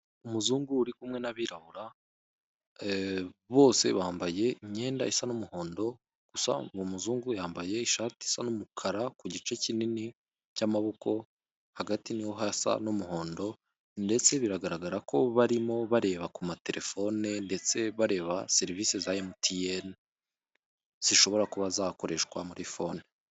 Umuzungu uri kumwe n'abirabura, bose bambaye imyenda isa n'umuhondo, gusa uwo muzungu yambaye ishati isa n'umukara kugice kinini cy'amaboko, hagati niho hasa n'umuhondo ndetse biragaragara ko barimo bareba kumatelefone ndetse bareba serivise za MTN zishobora kuba zakoreshwa muri fone.